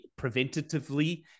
preventatively